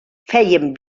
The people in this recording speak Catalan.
fèiem